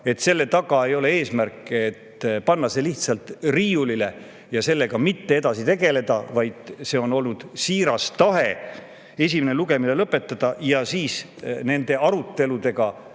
et selle taga ei ole eesmärki panna see [eelnõu] lihtsalt riiulile ja sellega mitte edasi tegelda, vaid on olnud siiras tahe esimene lugemine lõpetada, nende aruteludega